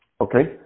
okay